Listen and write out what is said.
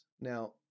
Now